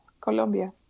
Colombia